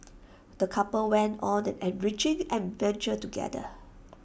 the couple went on an enriching adventure together